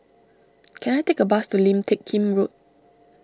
can I take a bus to Lim Teck Kim Road